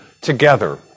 together